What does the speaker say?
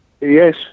Yes